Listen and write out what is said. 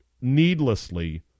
needlessly